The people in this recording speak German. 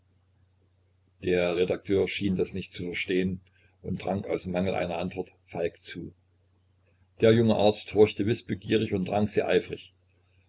der redakteur schien das nicht zu verstehen und trank aus mangel einer antwort falk zu der junge arzt horchte wißbegierig und trank sehr eifrig